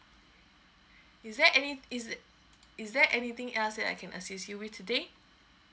is there any~ is it is there anything else that I can assist you today